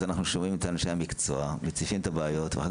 אז אנחנו שומעים את אנשי המקצוע שמציפים את הבעיות ואחר